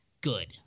good